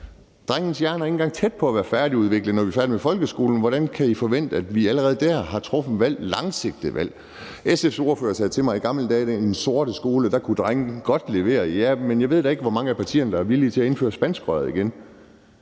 Drenges hjerner er ikke engang tæt på at være færdigudviklet, når de er færdige med folkeskolen, så hvordan kan I forvente, at de allerede der har truffet langsigtede valg? SF's ordfører sagde til mig, at i gamle dage i den sorte skole kunne drenge godt levere. Ja, men jeg ved da ikke, hvor mange af partierne der er villige til at indføre spanskrøret igen.